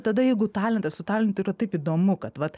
tada jeigu talentas su talentu ir taip įdomu kad vat